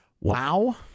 Wow